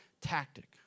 tactic